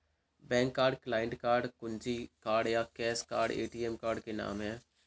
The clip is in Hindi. बैंक कार्ड, क्लाइंट कार्ड, कुंजी कार्ड या कैश कार्ड ए.टी.एम कार्ड के नाम है